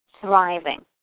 thriving